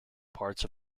parts